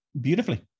beautifully